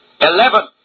Eleven